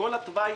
כל התוואי